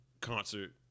concert